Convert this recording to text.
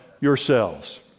yourselves